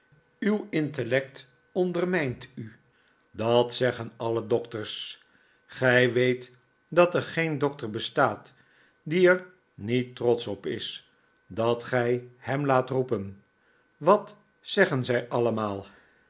uw intellect ondermijnt u dat zeggen alle dokters gij weet dat er geen dokter bestaat die er niet trotsch op is dat gij hem laat roepen wat zeggen zij allemaal